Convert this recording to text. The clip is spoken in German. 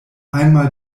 einmal